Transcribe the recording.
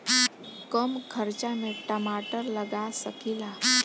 कम खर्च में टमाटर लगा सकीला?